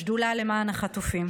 השדולה למען החטופים.